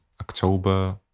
october